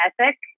ethic